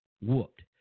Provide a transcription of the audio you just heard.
whooped